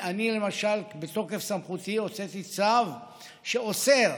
למשל, בתוקף סמכותי, הוצאתי צו שאוסר